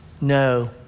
no